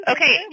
Okay